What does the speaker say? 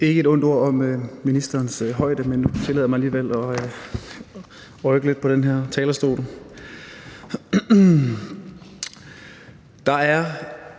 ikke et ondt ord om ministerens højde, men nu tillader jeg mig alligevel at justere lidt på talerstolen. Der er